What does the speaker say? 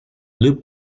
loop